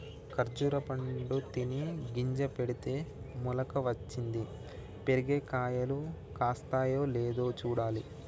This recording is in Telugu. ఖర్జురా పండు తిని గింజ పెడితే మొలక వచ్చింది, పెరిగి కాయలు కాస్తాయో లేదో చూడాలి